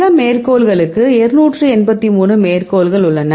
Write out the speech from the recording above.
சில மேற்கோள்களுக்கு 283 மேற்கோள்கள் உள்ளன